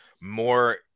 more